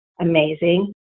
amazing